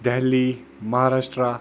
Delhi Maharashtra